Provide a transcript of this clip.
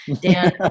Dan